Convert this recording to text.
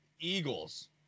Eagles